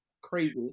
crazy